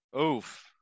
Oof